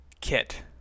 kit